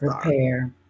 Prepare